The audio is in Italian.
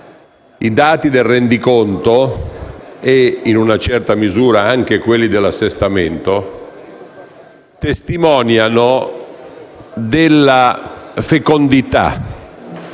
i dati del rendiconto e, in una certa misura, anche quelli dell'assestamento testimoniano la fecondità